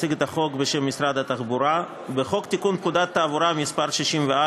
הצעת חוק סדר הדין הפלילי (חקירת חשודים) (תיקון מס' 8)